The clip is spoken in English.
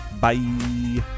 Bye